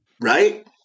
Right